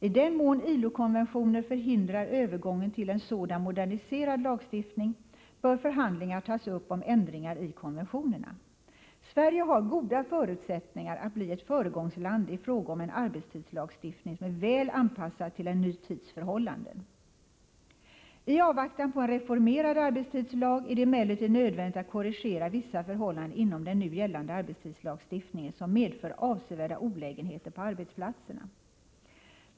I den mån ILO-konventioner förhindrar övergången till en sådan moderniserad lagstiftning bör förhandlingar tas upp om ändringar i konventionerna. Sverige har goda förutsättningar att bli ett föregångsland i fråga om en arbetstidslagstiftning som är väl anpassad till en ny tids förhållanden. I avvaktan på en reformerad arbetstidslagstiftning är det emellertid nödvändigt att korrigera vissa förhållanden inom den nu gällande ledighetslagstiftningen, som medför avsevärda olägenheter på arbetsplatserna.